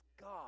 God